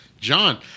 John